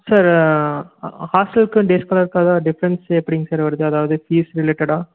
sir ஹாஸ்டலுக்கும் day ஸ்காலருக்கு அதாவது டிஃப்ரண்ட்ஸ்ஸு எப்படிங்க சார் வருது அதாவது ஃபீசு ரிலேட்டடாக